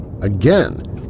again